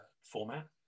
format